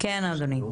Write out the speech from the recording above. כן אדוני,